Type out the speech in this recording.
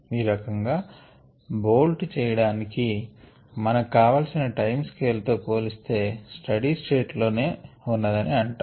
ఆ రకంగా బోల్ట్ చేయడాన్ని మనకు కావలిసిన టైం స్కేల్ తో పోలిస్తే స్టడీ స్టేట్ లో ఉన్నదని అంటాము